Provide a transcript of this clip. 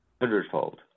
hundredfold